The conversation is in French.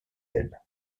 ailes